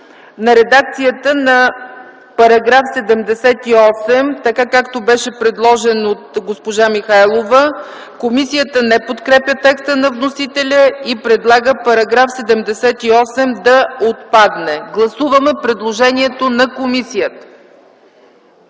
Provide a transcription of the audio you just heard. на редакцията на § 78, както беше предложен от госпожа Михайлова: „Комисията не подкрепя текста на вносителя и предлага § 78 да отпадне”. Гласуваме предложението на комисията.